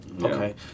Okay